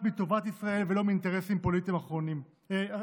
מטובת ישראל ולא מאינטרסים פוליטיים צרים.